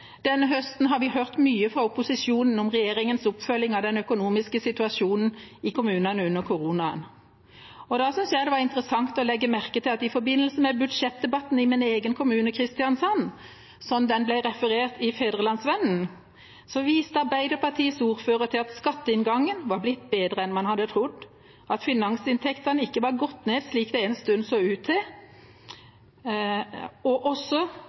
Denne høsten har vi hørt mye fra opposisjonen om regjeringas oppfølging av den økonomiske situasjonen i kommunene under koronaen. Da synes jeg det var interessant å legge merke til at i forbindelse med budsjettdebatten i min egen kommune, Kristiansand – som den ble referert i Fædrelandsvennen – viste Arbeiderpartiets ordfører til at skatteinngangen var blitt bedre enn en hadde trodd, at finansinntektene ikke var gått ned slik det en stund så ut til, og også